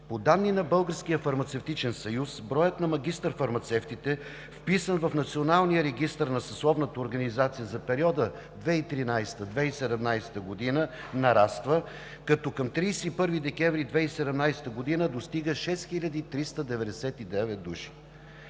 По данни на Българския фармацевтичен съюз броят на магистър фармацевтите, вписан в националния регистър на съсловната организация, за периода 2013 – 2017 г. нараства, като към 31 декември 2017 г. достига 6399 души.